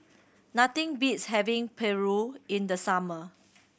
nothing beats having paru in the summer